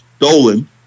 Dolan